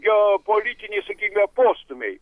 geopolitiniai sakykime postūmiai